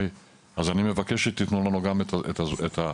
אני מבקש שתיתנו לנו גם את הזמן.